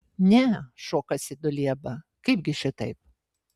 ne šokasi dulieba kaipgi šitaip